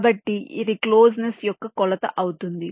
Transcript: కాబట్టి ఇది క్లోజనెస్ యొక్క కొలత అవుతుంది